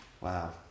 wow